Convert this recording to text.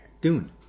Dune